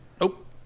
Nope